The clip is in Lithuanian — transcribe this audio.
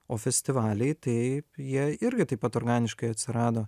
o festivaliai tai jie irgi taip pat organiškai atsirado